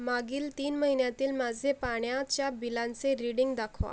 मागील तीन महिन्यातील माझे पाण्याच्या बिलांचे रीडिंग दाखवा